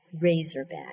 Razorback